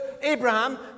Abraham